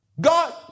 God